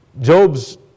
Job's